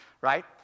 Right